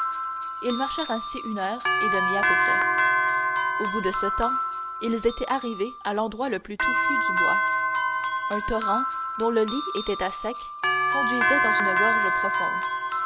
ils marchèrent ainsi une heure et demie à peu près au bout de ce temps ils étaient arrivés à l'endroit le plus touffu du bois un torrent dont le lit était à sec conduisait dans une gorge profonde